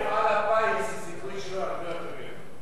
במפעל הפיס הסיכוי שלו הרבה יותר גדול.